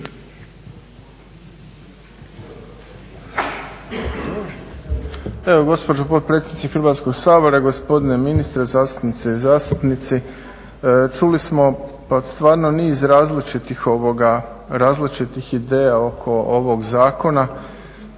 gospođo potpredsjednice Hrvatskog sabora, gospodine ministre, zastupnice i zastupnici. Čuli smo stvarno niz različitih ideja oko ovog Zakona